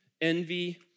envy